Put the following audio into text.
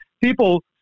people